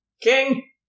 King